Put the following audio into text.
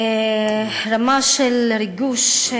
רמה של ריגוש,